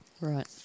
Right